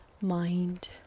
mind